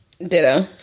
ditto